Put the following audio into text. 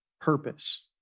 purpose